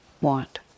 want